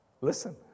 listen